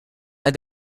and